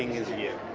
is you.